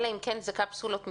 אלא אם כן אלה קפסולות מתמזגות,